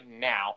now